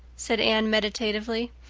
said anne meditatively,